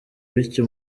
bityo